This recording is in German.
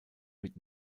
mit